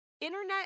Internet